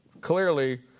clearly